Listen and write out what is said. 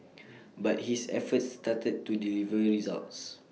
but his efforts started to deliver results